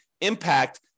impact